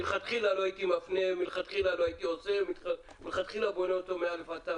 מלכתחילה לא הייתי מפנה ומלכתחילה הייתי בונה אותן מ-א' עד ת'.